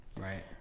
right